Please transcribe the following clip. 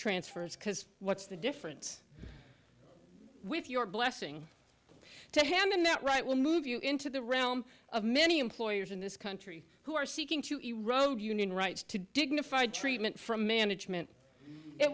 transfers because what's the difference with your blessing to him and that right will move you into the realm of many employers in this country who are seeking to erode union rights to dignified treatment from management it